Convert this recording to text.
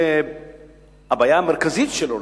הבעיה המרכזית שלו,